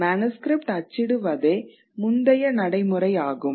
manuscript அச்சிடுவதே முந்தைய நடைமுறை ஆகும்